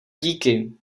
díky